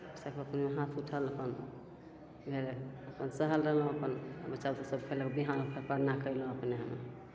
सबसे पहिले हाथ उठल अपन फेर अपन सहल रहलहुँ अपन बच्चा बुतरुसभ खएलक बिहान होके परना कएलहुँ अपने